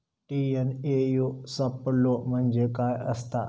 TNAU सापलो म्हणजे काय असतां?